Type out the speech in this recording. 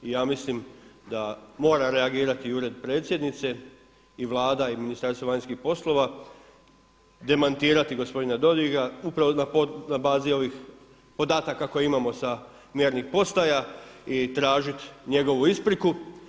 Ja mislim da mora reagirati Ured predsjednice i Vlada i Ministarstvo vanjskih poslova, demantirati gospodina Dodiga upravo na bazi ovih podataka koje imamo sa mjernih postaja i tražiti njegovu ispriku.